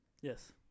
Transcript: Yes